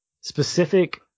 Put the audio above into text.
specific